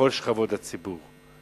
בכל שכבות הציבור,